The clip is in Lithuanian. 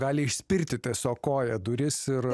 gali išspirti tiesiog koja duris ir